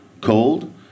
cold